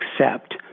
accept